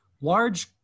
Large